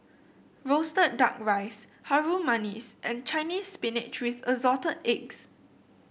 roasted duck rice Harum Manis and Chinese Spinach with Assorted Eggs